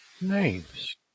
Names